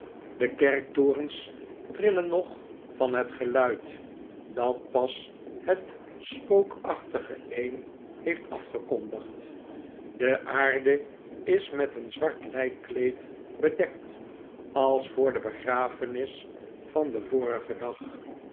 de kerktorens trillen nog van het geluid dat pas het spookachtige een heeft afgekondigd de aarde is met een zwart lijkkleed bedekt als voor de begrafenis van den vprigen dag